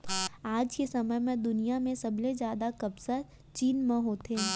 आज के समे म दुनिया म सबले जादा कपसा चीन म होथे